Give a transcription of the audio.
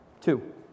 Two